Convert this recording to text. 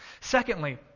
Secondly